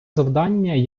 завдання